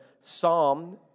Psalm